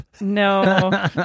No